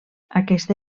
aquesta